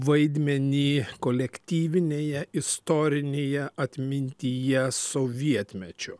vaidmenį kolektyvinėje istorinėje atmintyje sovietmečiu